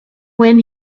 when